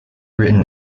written